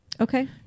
Okay